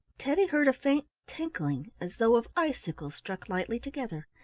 teddy heard a faint tinkling as though of icicles struck lightly together,